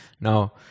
Now